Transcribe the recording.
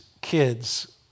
kids